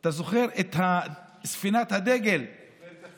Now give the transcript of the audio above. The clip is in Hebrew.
אתה זוכר את ספינת הדגל, אני זוכר את